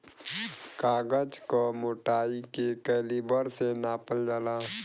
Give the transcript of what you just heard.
कागज क मोटाई के कैलीबर से नापल जाला